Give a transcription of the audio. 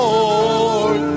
Lord